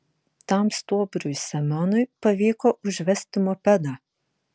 tam stuobriui semionui pavyko užvesti mopedą